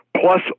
plus